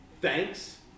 thanks